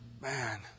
Man